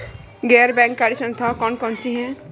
गैर बैंककारी संस्थाएँ कौन कौन सी हैं?